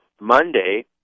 Monday